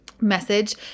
message